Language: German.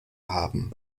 haben